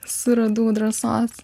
suradau drąsos